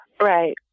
Right